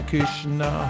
Krishna